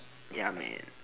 ya man